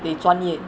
你专业